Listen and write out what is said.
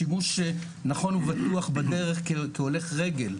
לשימוש נכון ובטוח בדרך כהולך רגל.